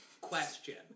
question